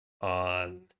on